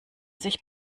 sich